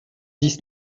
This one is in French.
dix